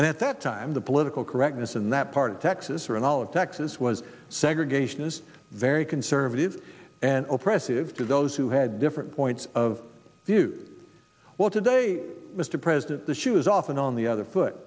and at that time the political correctness in that part of texas or and all of texas was segregationist very conservative and oppressive to those who had different points of view what today mr president the shoes off and on the other foot